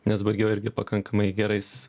nes baigiau irgi pakankamai gerais